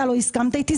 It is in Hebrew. אתה לא הסכמת איתי.